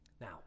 Now